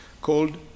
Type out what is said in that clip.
called